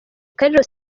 carlos